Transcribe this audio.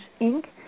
Inc